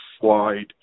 slide